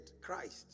Christ